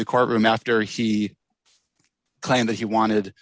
the courtroom after he claimed that he wanted